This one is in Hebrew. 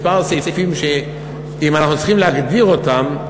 כמה סעיפים שאם אנחנו צריכים להגדיר אותם,